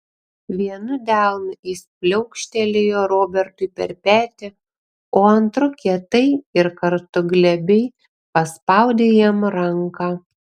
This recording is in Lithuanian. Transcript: vienu delnu jis pliaukštelėjo robertui per petį o antru kietai ir kartu glebiai paspaudė jam ranką